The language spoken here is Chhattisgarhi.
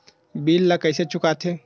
बिल ला कइसे चुका थे